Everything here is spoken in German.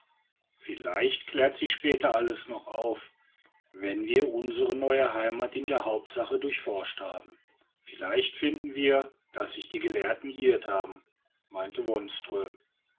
vielleicht klärt sich später alles noch auf wenn wir unsere neue heimat in der hauptsache durchforscht haben vielleicht finden wir daß sich die gelehrten geirrt haben meinte